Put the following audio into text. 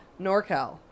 NorCal